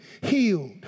healed